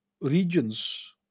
regions